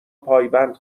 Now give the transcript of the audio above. پایبند